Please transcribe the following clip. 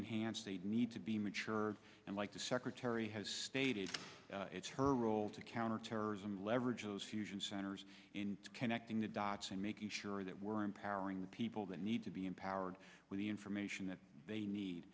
enhanced they need to be mature and like the secretary has stated it's her role to counterterrorism leverage those fusion centers in connecting the dots and making sure that we're empowering the people that need to be empowered with the information that they need